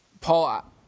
Paul